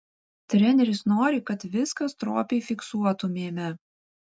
treneris nori kad viską stropiai fiksuotumėme